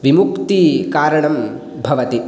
विमुक्तिकारणं भवति